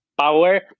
power